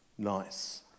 nice